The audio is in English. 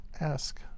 ask